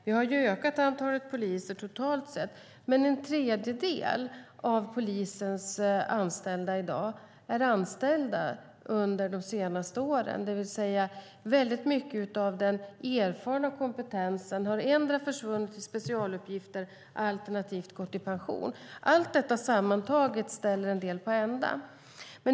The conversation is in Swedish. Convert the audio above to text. Vi har ökat antalet poliser totalt sett, men en tredjedel av polisens anställda i dag är anställda under de senaste åren, det vill säga att väldigt mycket av den erfarna kompetensen har endera försvunnit till specialuppgifter eller gått i pension. Allt detta sammantaget ställer en del på ända.